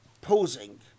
posing